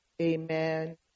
Amen